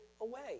away